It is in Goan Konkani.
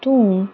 तूं